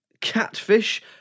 catfish